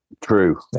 True